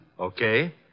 Okay